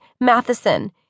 Matheson